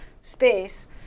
space